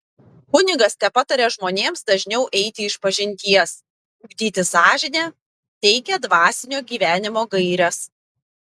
kunigas tepataria žmonėms dažniau eiti išpažinties ugdyti sąžinę teikia dvasinio gyvenimo gaires